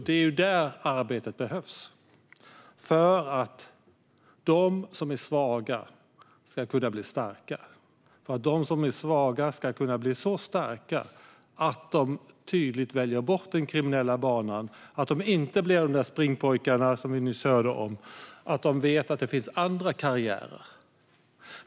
Det är där arbetet behövs, för att de som är svaga ska kunna bli starka, så starka att de tydligt väljer bort den kriminella banan och inte blir springpojkar på det sätt vi nyss hörde om utan vet att det finns andra karriärer.